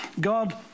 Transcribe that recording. God